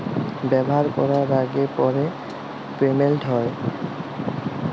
ব্যাভার ক্যরার আগে আর পরে পেমেল্ট হ্যয়